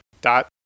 dot